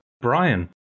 Brian